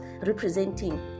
representing